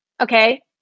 okay